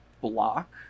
block